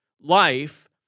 life